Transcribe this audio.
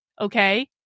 Okay